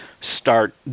start